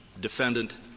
defendant